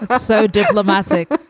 but so diplomatic